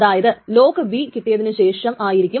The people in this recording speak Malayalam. അങ്ങനെ ആണെങ്കിൽ i1 ന് ചെറിയ ടൈംസ്റ്റാമ്പ് ആയിരിക്കും